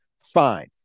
Fine